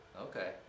Okay